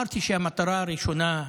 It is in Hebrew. אמרתי שהמטרה הראשונה,